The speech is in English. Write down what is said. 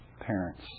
parents